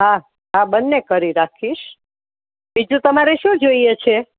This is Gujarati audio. હા હા બંને કરી રાખીશ બીજું તમારે શું જોઈએ છે